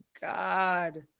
God